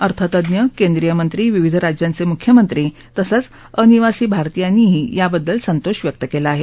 अर्थतज्ञ केंद्रीयमंत्री विविध राज्यांचे मुख्यमंत्री तसंच अनिवासी भारतीयांनीही याबद्दल संतोष व्यक्त केला आहे